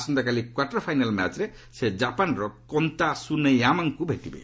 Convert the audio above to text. ଆସନ୍ତାକାଲି quarter final ମ୍ୟାଚ୍ରେ ସେ ଜାପାନର କନ୍ତା ସୁନେୟାମାଙ୍କୁ ଭେଟିବେ